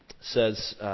says